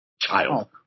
Child